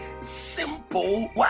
simple